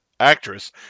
actress